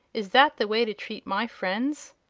is that the way to treat my friends?